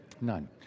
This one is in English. None